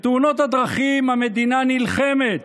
בתאונות הדרכים המדינה נלחמת.